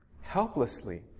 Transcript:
helplessly